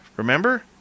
Remember